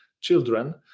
children